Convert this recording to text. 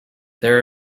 there